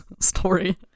story